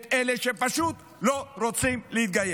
את אלה שפשוט לא רוצים להתגייס.